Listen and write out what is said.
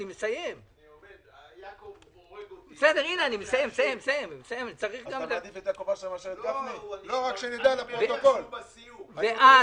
אני אביא את הנוהל הזה, אחרי שנדבר עם החברים.